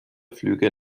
flüge